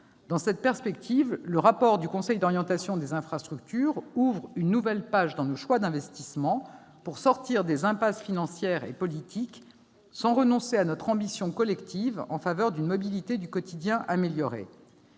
Dans cette perspective, le rapport du Conseil d'orientation des infrastructures permet d'ouvrir une nouvelle page dans nos choix d'investissement, et ce afin de sortir des impasses financières et politiques sans renoncer à notre ambition collective en faveur de l'amélioration